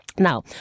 Now